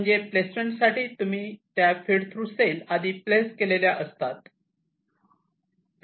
म्हणजे प्लेसमेंट साठी तुम्ही त्या फीड थ्रु सेल आधी प्लेस केलेल्या असतात